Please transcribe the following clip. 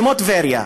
כמו טבריה,